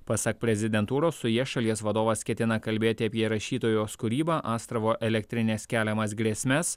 pasak prezidentūros su ja šalies vadovas ketina kalbėti apie rašytojos kūrybą astravo elektrinės keliamas grėsmes